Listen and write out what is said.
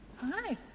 Hi